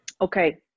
Okay